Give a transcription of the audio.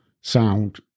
sound